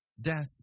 Death